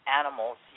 animals